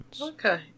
Okay